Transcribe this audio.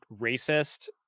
racist